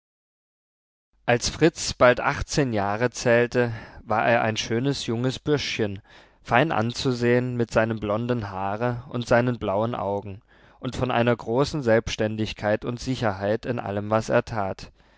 als fritz bald achtzehn jahre zählte war er ein schönes junges bürschchen fein anzusehen mit seinem blonden haare und seinen blauen augen und von einer großen selbständigkeit und sicherheit in allem was er tat